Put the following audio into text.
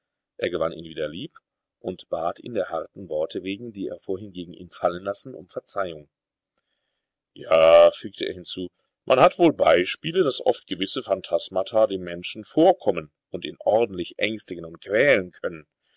er gewann ihn wieder lieb und bat ihn der harten worte wegen die er vorhin gegen ihn fallen lassen um verzeihung ja fügte er hinzu man hat wohl beispiele daß oft gewisse phantasmata dem menschen vorkommen und ihn ordentlich ängstigen und quälen können